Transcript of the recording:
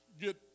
get